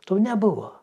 to nebuvo